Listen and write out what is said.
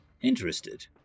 interested